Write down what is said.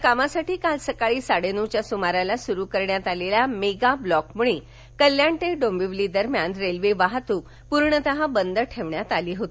या कामासाठी काल सकाळी साडे नऊच्या सुमारास सुरू झालेल्या मेगाब्लॉक मुळे कल्याण ते डोंबिवली दरम्यान रेल्वे वाहतक पर्णतः बंद ठेवण्यात आली होती